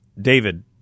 David